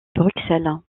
bruxelles